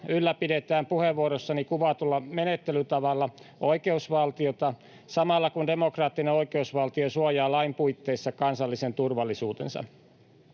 ylläpidetään puheenvuorossani kuvatulla menettelytavalla oikeusvaltiota samalla, kun demokraattinen oikeusvaltio suojaa lain puitteissa kansallisen turvallisuutensa.